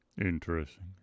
Interesting